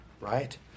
right